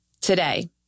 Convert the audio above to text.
Today